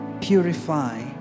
Purify